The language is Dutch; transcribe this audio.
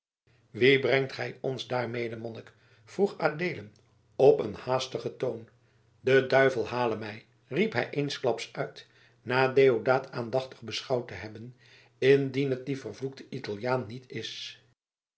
wien brengt gij ons daar mede monnik vroeg adeelen op een haastigen toon de duivel hale mij riep hij eensklaps uit na deodaat aandachtig beschouwd te hebben indien het die vervloekte italiaan niet is